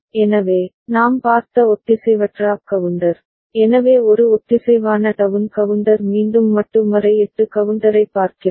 எனவே நாம் பார்த்த ஒத்திசைவற்ற அப் கவுண்டர் எனவே ஒரு ஒத்திசைவான டவுன் கவுண்டர் மீண்டும் மட்டு 8 கவுண்டரைப் பார்க்கிறோம்